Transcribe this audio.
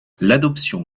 l’adoption